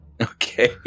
Okay